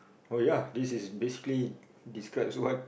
oh ya this is basically describes what